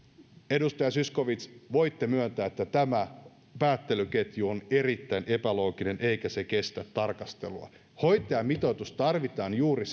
edustaja zyskowicz voitte myöntää että tämä päättelyketju on erittäin epälooginen eikä se kestä tarkastelua hoitajamitoitus tarvitaan juuri